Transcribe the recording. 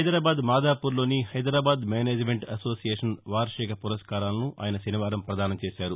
హైదరాబాద్ మాదాపూర్ లోని Hyderabad management association వార్షిక పురస్కారాలను ఆయన శనివారం పదానం చేశారు